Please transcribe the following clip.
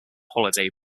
holiday